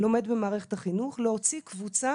לומד במערכת החינוך להוציא קבוצה